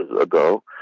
ago